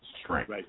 strength